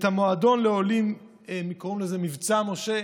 את המועדון לעולים, קוראים לזה "מבצע משה".